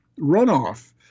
runoff